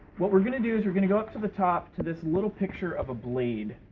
what we're gonna do is we're gonna go up to the top to this little picture of a blade.